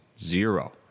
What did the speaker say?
zero